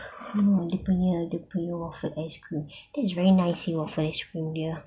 mm dia punya the flow of ice cream that's very nice waffle ice cream dia